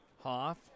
Hoff